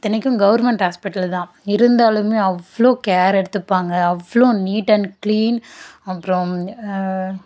இத்தனைக்கும் government hospital தான் இருந்தாலுமே அவ்வளோ கேர் எடுத்துப்பாங்க அவ்வளோ நீட் அண்ட் கிளீன் அப்புறம்